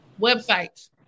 Websites